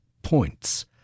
points